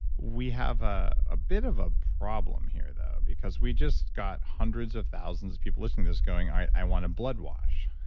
we have ah a bit of a problem here, though, because we just got hundreds of thousands of people listening to this going, i i want a blood wash.